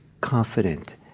confident